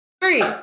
Three